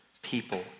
people